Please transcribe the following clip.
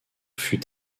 fut